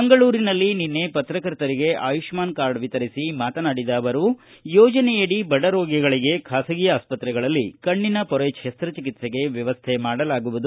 ಮಂಗಳೂರಿನಲ್ಲಿ ನಿನ್ನೆ ಪತ್ರಕರ್ತರಿಗೆ ಆಯುಷ್ಟಾನ್ ಕಾರ್ಡ್ ವಿತರಿಸಿ ಮಾತನಾಡಿದ ಅವರು ಯೋಜನೆಯಡಿ ಬಡ ರೋಗಿಗಳಿಗೆ ಖಾಸಗಿ ಆಸ್ಪತ್ರೆಗಳಲ್ಲಿ ಕಣ್ಣಿನ ಪೊರೆ ಶಸ್ತಚಿಕಿತ್ಸೆಗೆ ವ್ಯವಸ್ಥೆ ಮಾಡಲಾಗುವುದು